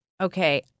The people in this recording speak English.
okay